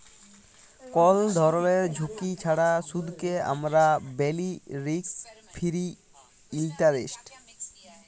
call ধরলের ঝুঁকি ছাড়া সুদকে আমরা ব্যলি রিস্ক ফিরি ইলটারেস্ট